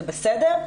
זה בסדר,